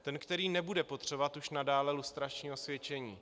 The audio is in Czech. Ten, který nebude potřebovat už nadále lustrační osvědčení.